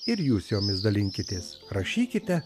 ir jūs jomis dalinkitės rašykite